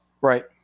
Right